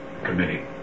Committee